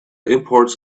imports